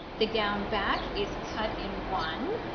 the gown back is cut in one,